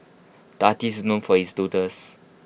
the artist is known for his doodles